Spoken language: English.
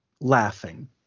laughing